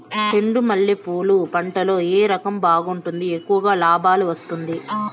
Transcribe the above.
చెండు మల్లె పూలు పంట లో ఏ రకం బాగుంటుంది, ఎక్కువగా లాభాలు వస్తుంది?